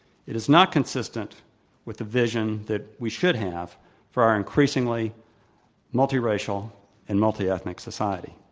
it is not consi stent with the vision that we should have for our increasingly multiracial and multiethnic society.